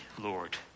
Lord